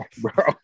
bro